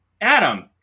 Adam